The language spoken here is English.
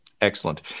Excellent